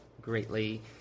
greatly